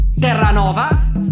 Terranova